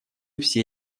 все